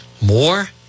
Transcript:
more